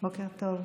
בוקר טוב.